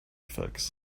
fix